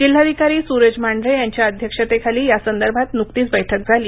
जिल्हाधिकारी सूरज मांढरे यांच्या अध्यक्षतेखाली यासंदर्भात नुकतीच बैठक झाली